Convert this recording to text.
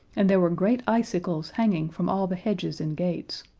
and there were great icicles hanging from all the hedges and gates.